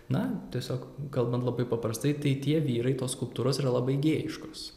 na tiesiog kalbant labai paprastai tai tie vyrai tos skulptūros yra labai gėjiškos